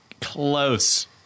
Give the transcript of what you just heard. close